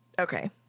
Okay